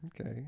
Okay